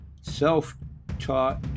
self-taught